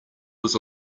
was